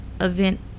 event